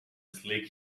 sleek